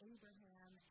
Abraham